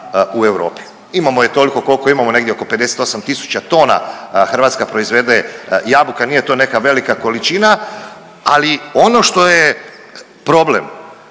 u Europi, imamo je toliko koliko je imamo, negdje oko 58 tisuća tona Hrvatska proizvede jabuka, nije to neka velika količina, ali ono što je problem